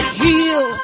heal